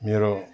मेरो